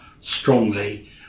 strongly